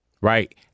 Right